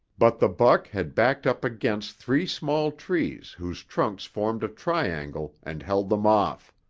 but the buck had backed up against three small trees whose trunks formed a triangle and held them off.